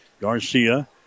Garcia